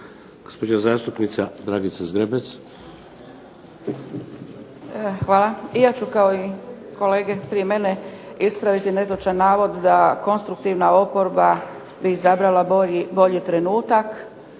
Zgrebec. **Zgrebec, Dragica (SDP)** Hvala. I ja ću kao i kolege prije mene ispraviti netočan navod, da bi konstruktivna oporba bi izabrala bolji trenutak